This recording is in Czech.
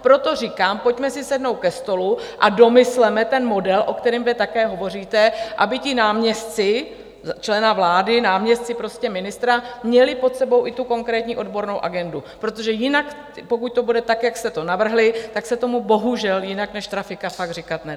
Proto říkám, pojďme si sednout ke stolu a domysleme ten model, o kterém vy také hovoříte, aby ti náměstci člena vlády, náměstci ministra, měli pod sebou i tu konkrétní odbornou agendu, protože jinak, pokud to bude tak, jak jste to navrhli, se tomu bohužel jinak než trafika fakt říkat nedá.